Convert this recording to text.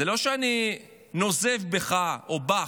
זה לא שאני נוזף בְּךָ או בָּךְ.